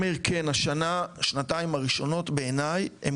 השנה-שנתיים הראשונות בעיניי הן